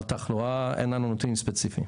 על תחלואה אין לנו נתונים ספציפיים.